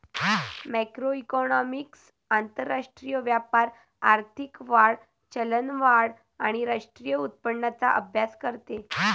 macroeconomics आंतरराष्ट्रीय व्यापार, आर्थिक वाढ, चलनवाढ आणि राष्ट्रीय उत्पन्नाचा अभ्यास करते